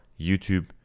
YouTube